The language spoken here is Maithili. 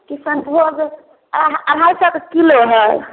किसनभोग आम अढ़ाइ सए के किलो हए